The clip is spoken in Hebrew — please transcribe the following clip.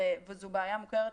וזו בעיה מוכרת,